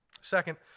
Second